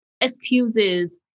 excuses